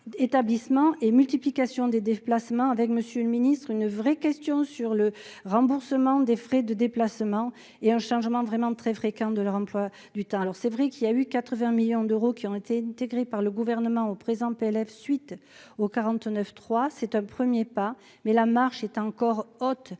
et multiplication des déplacements avec monsieur le ministre, une vraie question sur le remboursement des frais de déplacement et un changement vraiment très fréquente de leur emploi du temps, alors c'est vrai qu'il a eu 80 millions d'euros qui ont été intégré par le gouvernement au présent PLF suite au 49 3 c'est un 1er pas mais la marche est encore haute